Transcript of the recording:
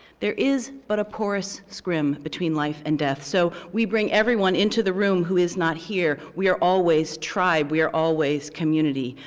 there is, but a porous scrim between life and death. so we bring everyone into the room who is not here. we are always tribe. we are always community.